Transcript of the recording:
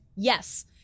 Yes